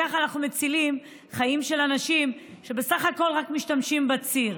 ככה אנחנו מצילים חיים של אנשים שבסך הכול משתמשים בציר.